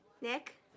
Nick